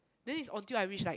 then is on till I reach like